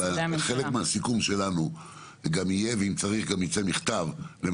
אלא בסיכום שלנו אנחנו נבקש שתוך חודש